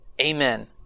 Amen